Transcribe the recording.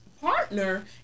partner